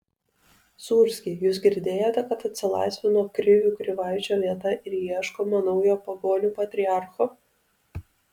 sūrski jūs girdėjote kad atsilaisvino krivių krivaičio vieta ir ieškoma naujo pagonių patriarcho